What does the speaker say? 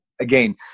again